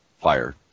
Fire